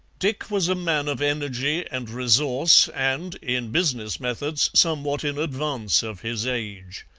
dick was a man of energy and resource and, in business methods, somewhat in advance of his age.